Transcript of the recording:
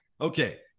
Okay